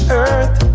earth